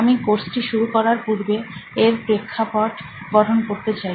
আমি কোর্সটি শুরু করার পূর্বে এর প্রেক্ষাপট গঠন করতে চাই